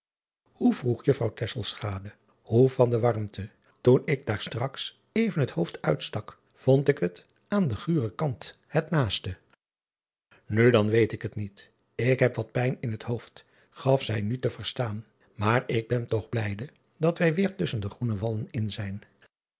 oe vroeg uffrouw hoe van de warmte oen ik daar straks even het hoofd uitstak vond ik het aan den guren kant het naaste u dan weet ik het niet ik heb wat pijn in het hoofd gaf zij nu te verstaan maar ik ben toch blijde dat wij weêr tusschen de groene wallen in zijn